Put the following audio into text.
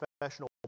professional